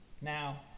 Now